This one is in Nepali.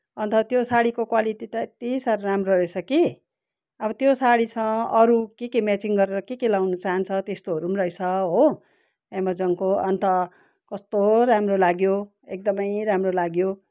अन्त त्यो साडीको क्वालिटी त यत्ति साह्रो राम्रो रहेछ कि अब त्यो साडीसँग अरू के के म्याचिङ गरेर के के लाउनु चाहन्छ त्यस्तोहरू पनि रहेछ हो एमाजोनको अन्त कस्तो राम्रो लाग्यो एकदमै राम्रो लाग्यो